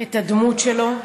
את הדמות שלו.